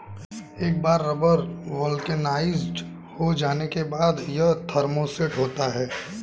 एक बार rubber vulcanised हो जाने के बाद, यह थर्मोसेट होता है